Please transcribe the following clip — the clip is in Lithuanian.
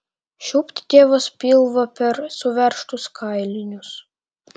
šiupt tėvas pilvą per suveržtus kailinius